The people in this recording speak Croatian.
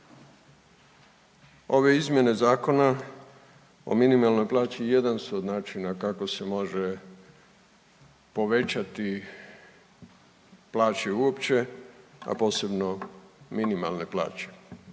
Ove Izmjene Zakona o minimalnoj plaći jedan su od načina kako se može povećati plaći uopće, a posebno minimalne plaće,